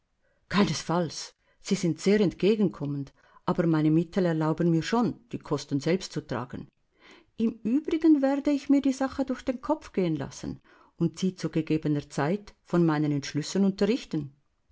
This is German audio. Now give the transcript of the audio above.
keinesfalls sie sind sehr entgegenkommend aber meine mittel erlauben mir schon die kosten selbst zu tragen im übrigen werde ich mir die sache durch den kopf gehen lassen und sie zu gegebener zeit von meinen entschlüssen unterrichten